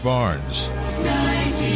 Barnes